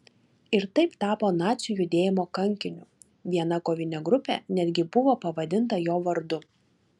ir taip tapo nacių judėjimo kankiniu viena kovinė grupė netgi buvo pavadinta jo vardu